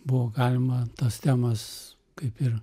buvo galima tas temas kaip ir